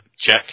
check